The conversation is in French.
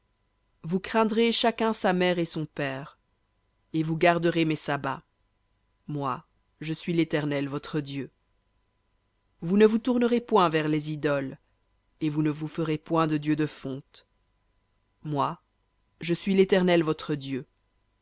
vous craindrez chacun sa mère et son père et vous garderez mes sabbats moi je suis l'éternel votre dieu vous ne vous tournerez point vers les idoles et vous ne vous ferez point de dieux de fonte moi je suis l'éternel votre dieu